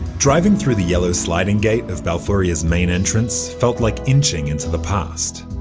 driving through the yellow sliding gate of balfouria's main entrance felt like inching into the past.